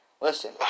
Listen